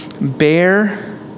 Bear